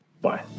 Bye